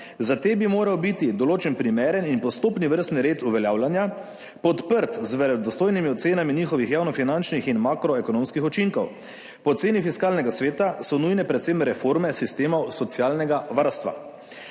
Za te bi moral biti določen primeren in postopni vrstni red uveljavljanja, podprt z verodostojnimi ocenami njihovih javnofinančnih in makroekonomskih učinkov. Po oceni Fiskalnega sveta so nujne predvsem reforme sistemov socialnega varstva.